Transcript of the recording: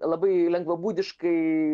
labai lengvabūdiškai